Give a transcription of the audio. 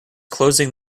closing